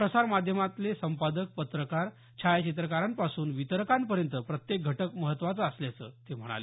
प्रसारमाध्यमातले संपादक पत्रकार छायाचित्रकारांपासून वितरकांपर्यंत प्रत्येक घटक महत्वाचा असल्याचं ते म्हणाले